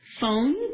Phone